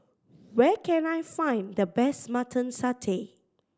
where can I find the best Mutton Satay